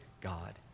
god